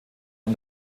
und